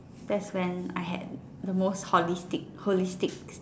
that's when I had the most holistic holistic